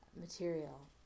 material